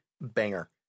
banger